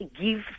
give